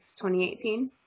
2018